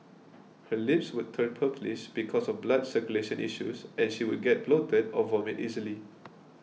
her lips would turn purplish because of blood circulation issues and she would get bloated or vomit easily